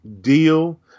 deal